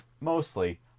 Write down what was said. mostly